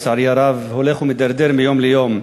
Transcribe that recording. לצערי הרב הולכים ומידרדרים מיום ליום.